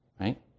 Right